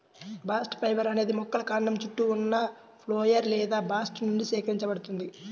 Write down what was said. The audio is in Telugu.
బాస్ట్ ఫైబర్ అనేది మొక్కల కాండం చుట్టూ ఉన్న ఫ్లోయమ్ లేదా బాస్ట్ నుండి సేకరించబడుతుంది